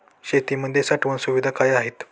शेतीमध्ये साठवण सुविधा काय आहेत?